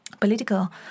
political